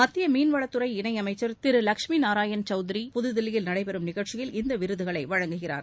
மத்திய மீன்வளத்துறை இணை அமைச்சர் திரு லஷ்மி நாராயண் சௌத்திரி புதுதில்லியில் நடைபெறம் நிகழ்ச்சியில் இந்த விருதுகளை வழங்குகிறார்